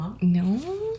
No